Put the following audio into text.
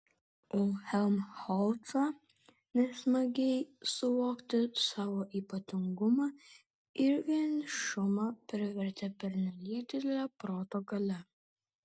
o helmholcą nesmagiai suvokti savo ypatingumą ir vienišumą privertė pernelyg didelė proto galia